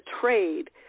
trade